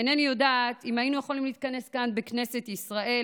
אינני יודעת אם היינו יכולים להתכנס כאן בכנסת ישראל